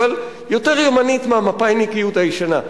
אבל יותר ימנית מהמפא"יניקיות הישנה.